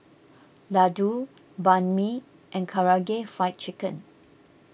Ladoo Banh Mi and Karaage Fried Chicken